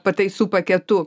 pataisų paketu